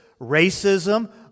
racism